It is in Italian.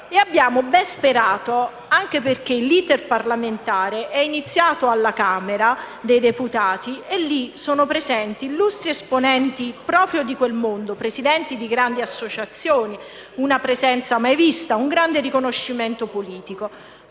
tuttavia ben sperato, anche perché l'*iter* parlamentare è iniziato alla Camera dei deputati dove sono presenti illustri esponenti proprio di quel mondo, presidenti di grandi associazioni, una presenza mai vista, un grande riconoscimento politico.